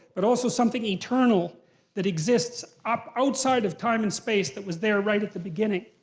but also, something eternal that exists up, outside of time and space, that was there right at the beginning.